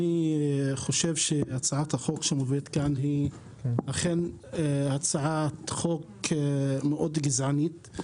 אני חושב שהצעת החוק שמובאת לכאן היא אכן הצעת חוק מאוד גזענית.